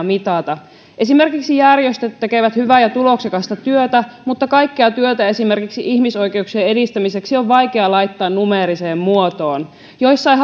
mitata esimerkiksi järjestöt tekevät hyvää ja tuloksekasta työtä mutta kaikkea työtä esimerkiksi ihmisoikeuksien edistämiseksi on vaikea laittaa numeeriseen muotoon joissain